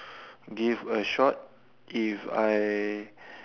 give a shot if I